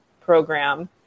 program